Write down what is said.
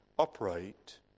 upright